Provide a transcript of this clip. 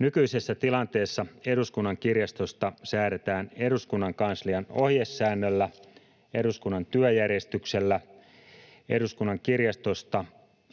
Nykyisessä tilanteessa Eduskunnan kirjastosta säädetään eduskunnan kanslian ohjesäännöllä, eduskunnan työjärjestyksellä, Eduskunnan kirjastosta